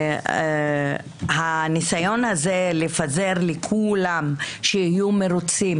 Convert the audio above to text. הניסיון הזה לפזר לכולם שיהיו מרוצים,